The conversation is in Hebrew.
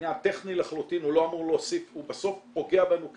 עניין טכני לחלוטין, הוא בסוף פוגע בנו כספית,